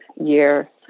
year